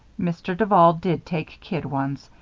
mr. duval did take kid ones.